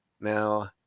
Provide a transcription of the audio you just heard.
now